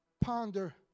ponder